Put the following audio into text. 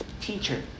Teacher